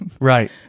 Right